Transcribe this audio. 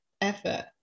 effort